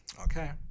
Okay